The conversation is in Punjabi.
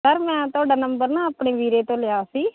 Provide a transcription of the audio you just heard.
ਸਰ ਮੈਂ ਤੁਹਾਡਾ ਨੰਬਰ ਨਾ ਆਪਣੇ ਵੀਰੇ ਤੋਂ ਲਿਆ ਸੀ